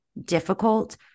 difficult